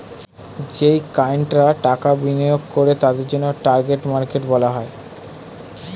যেই ক্লায়েন্টরা টাকা বিনিয়োগ করে তাদের জন্যে টার্গেট মার্কেট করা হয়